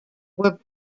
were